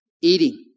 Eating